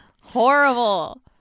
Horrible